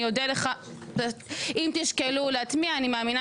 אני אודה לך אם תישקלו להטמיע אני מאמינה